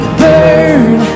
burn